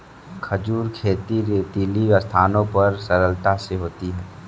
खजूर खेती रेतीली स्थानों पर सरलता से होती है